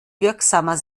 wirksamer